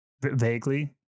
Vaguely